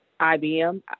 IBM